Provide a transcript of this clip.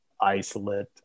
isolate